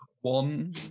one